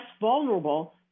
vulnerable